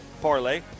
parlay